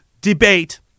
debate